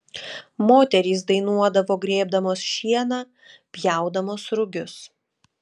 moterys dainuodavo grėbdamos šieną pjaudamos rugius